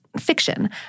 Fiction